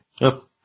Yes